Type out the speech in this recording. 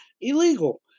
illegal